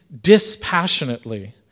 dispassionately